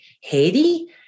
Haiti